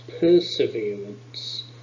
perseverance